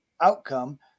outcome